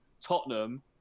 Tottenham